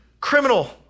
criminal